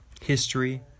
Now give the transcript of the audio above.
history